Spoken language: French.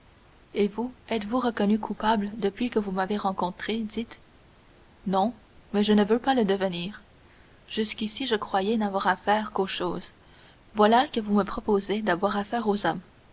et vous êtes-vous reconnu coupable depuis que vous m'avez rencontré dites non mais je ne veux pas le devenir jusqu'ici je croyais n'avoir affaire qu'aux choses voilà que vous me proposez d'avoir affaire aux hommes